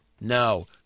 No